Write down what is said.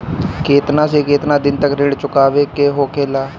केतना से केतना दिन तक ऋण चुकावे के होखेला?